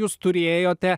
jūs turėjote